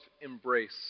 embrace